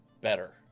better